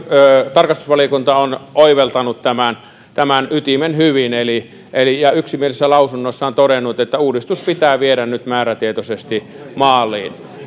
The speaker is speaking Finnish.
tarkastusvaliokunta on oivaltanut tämän tämän ytimen hyvin ja se on yksimielisessä lausunnossaan todennut että uudistus pitää viedä nyt määrätietoisesti maaliin